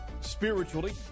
spiritually